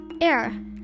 air